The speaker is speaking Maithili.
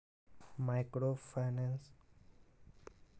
माइक्रो फाइनेंस केँ सब बर्गक लोक लेल प्रयोग कएल जाइ छै